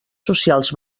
socials